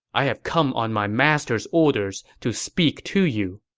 i have come on my master's orders to speak to you.